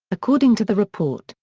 according to the report,